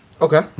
Okay